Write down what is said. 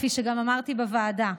כפי שגם אמרתי בוועדה,